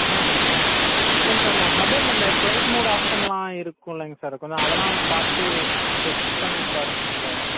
இல்லை இல்லைங்க சார் உங்கள் மொபைலில் இந்த ஃப்ளைட் மோட் ஆப்ஷன்லாம் இருக்குல்லைங்க சார் கொஞ்சம் அதெல்லாம் பார்த்து செக் பண்ணிப் பாருங்கள் சார்